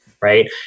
right